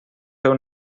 feu